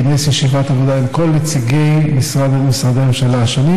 כינס ישיבת עבודה עם כל נציגי משרדי הממשלה השונים